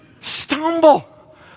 stumble